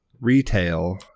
Retail